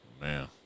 man